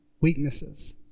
weaknesses